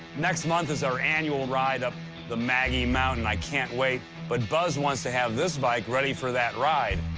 next month is our annual ride up the maggie mountain. i can't wait, but buzz wants to have this bike ready for that ride.